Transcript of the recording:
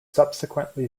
subsequently